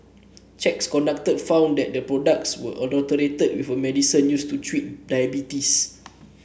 checks conducted found that the products were adulterated with a medicine used to treat diabetes